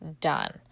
done